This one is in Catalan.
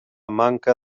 manca